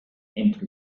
into